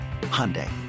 hyundai